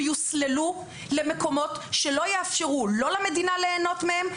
יוסללו למקומות שלא יאפשרו לא למדינה ליהנות מהם,